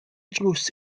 drws